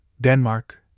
Denmark